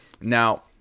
Now